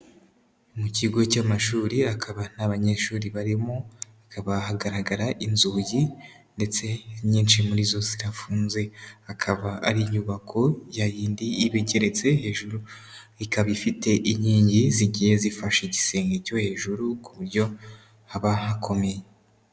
Mu kigo cy'amashuri akaba nta banyeshuri barimo, hakaba hagaragara inzugi ndetse inyinshi muri zo zirafunze. Akaba ari inyubako ya yindi iba igeretse hejuru, ikaba ifite inkingi zigiye zifashe igisenge cyo hejuru ku buryo haba hakomeye.